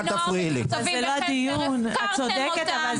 האמת מפריע לך -- כפרי הנוער מתוקצבים בחצי אתם הפקרתם אותם